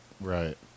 Right